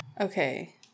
Okay